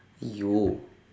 !aiyo!